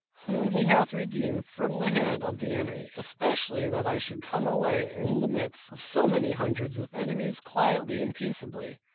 whom he hath redeemed from the hand of the enemy, especially that i should come away in the midst of so many hundreds of enemies quietly and peaceably,